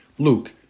Luke